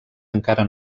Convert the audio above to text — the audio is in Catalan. encara